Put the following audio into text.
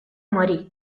morì